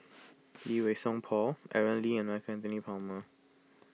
Lee Wei Song Paul Aaron Lee and Michael Anthony Palmer